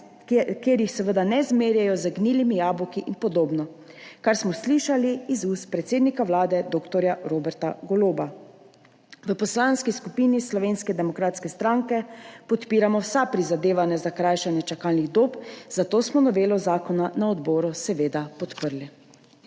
kjer jih seveda ne zmerjajo z gnilimi jabolki in podobno, kar smo slišali iz ust predsednika vlade dr. Roberta Goloba. V Poslanski skupini Slovenske demokratske stranke podpiramo vsa prizadevanja za krajšanje čakalnih dob, zato smo novelo zakona na odboru seveda podprli.